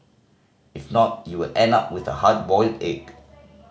if not you will end up with a hard boiled egg